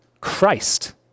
Christ